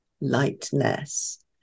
lightness